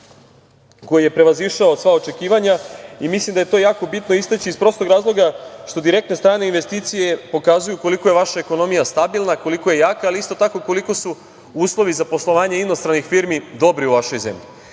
koji je prevazišao sva očekivanja. Mislim da je to jako bitno istaći iz prostog razloga što direktne strane investicije pokazuju koliko je vaša ekonomija stabilna, koliko je jaka, ali isto tako koliko su uslovi za poslovanje inostranih firmi dobri u vašoj zemlji. Ako